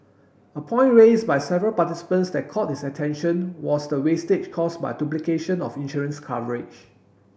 a point raised by several participants that caught his attention was the wastage caused by duplication of insurance coverage